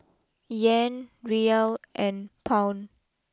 Yen Riyal and Pound